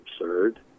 absurd